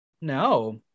No